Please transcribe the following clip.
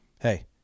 hey